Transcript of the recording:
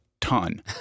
ton